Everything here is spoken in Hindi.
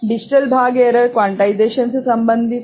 डिजिटल भाग एरर क्वांटाइजेशन से संबंधित है